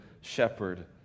shepherd